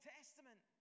Testament